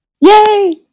Yay